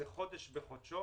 זה חודש בחודשו.